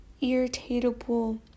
irritable